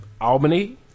Albany